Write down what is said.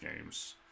games